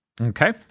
Okay